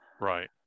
Right